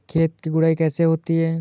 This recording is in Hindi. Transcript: खेत की गुड़ाई कैसे होती हैं?